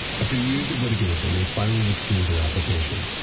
after years of litigation, they finally withdrew their application.